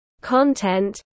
content